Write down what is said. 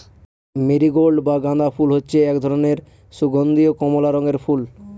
marigold বা গাঁদা ফুল হচ্ছে এক ধরনের সুগন্ধীয় কমলা রঙের ফুল